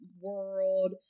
world